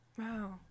Wow